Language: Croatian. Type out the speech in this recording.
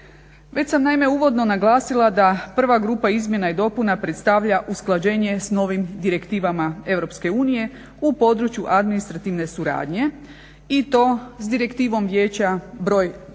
Već sam naime uvodno naglasila da prva grupa izmjena i dopuna predstavlja usklađenje s novim direktivama EU u području administrativne suradnje i to s Direktivom Vijeća br.